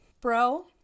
Bro